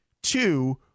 Two